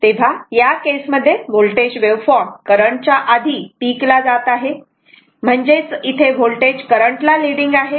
तेव्हा या केसमध्ये होल्टेज वेव्हफॉर्म करंटच्या आधी पीक ला जात आहे म्हणजेच इथे होल्टेज करंटला लीडिंग आहे